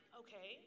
okay